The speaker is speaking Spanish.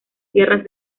tierras